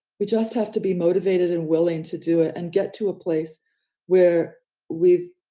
we just have to be motivated and willing to do it and get to a place where we've,